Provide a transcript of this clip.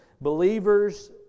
believers